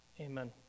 Amen